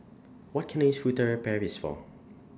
What Can I use Furtere Paris For